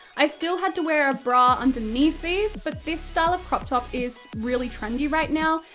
i still had to wear a bra underneath these, but this style of crop top is really trendy right now,